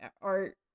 art